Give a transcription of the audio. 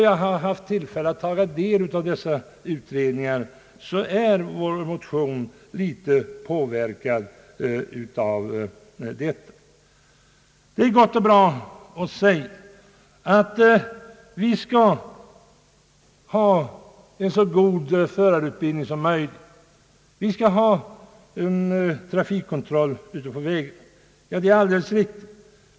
Jag har haft tillfälle att ta del av dessa utredningar, och vår motion är något påverkad av detta. Det är gott och väl att man säger att vi skall ha en så god förarutbildning som möjligt och att vi skall ha trafikkontroll ute på vägarna. Det är alldeles riktigt.